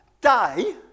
day